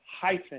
hyphen